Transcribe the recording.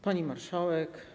Pani Marszałek!